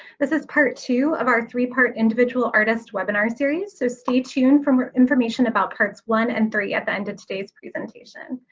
this is part two of our three-part individual artists webinar series, so stay tuned for more information about parts one and three at the end of today's presentation.